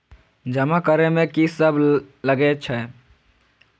जमा करे में की सब लगे छै?